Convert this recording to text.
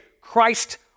Christ